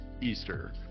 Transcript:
Easter